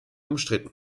umstritten